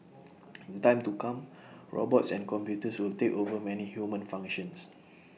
in time to come robots and computers will take over many human functions